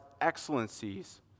excellencies